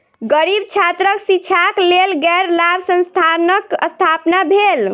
गरीब छात्रक शिक्षाक लेल गैर लाभ संस्थानक स्थापना भेल